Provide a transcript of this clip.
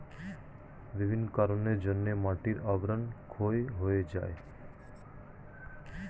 বিভিন্ন কারণের জন্যে মাটির আবরণ ক্ষয় হয়ে যায়